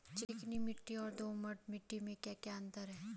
चिकनी मिट्टी और दोमट मिट्टी में क्या क्या अंतर है?